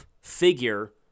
figure